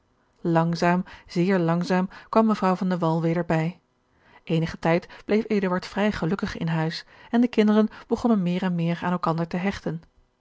langzaam zeer langzaam kwam mevrouw van de wall weder bij eenigen tijd bleef eduard vrij gelukkig in huis en de kinderen begonnen meer en meer aan elkander te hechten